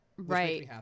Right